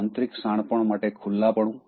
આંતરિક શાણપણ માટે ખુલ્લાપણું